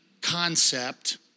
concept